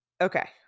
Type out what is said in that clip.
Okay